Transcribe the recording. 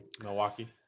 Milwaukee